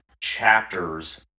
chapters